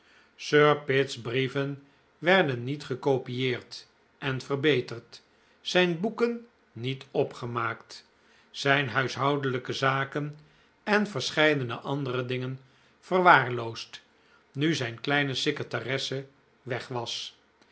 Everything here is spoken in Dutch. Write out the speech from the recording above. sir pitt's brieven werden niet gecopieerd en verbeterd zijn boeken niet opgemaakt zijn huishoudelijke zaken en verscheidene andere dingen verwaarloosd nu zijn kleine secretaresse weg was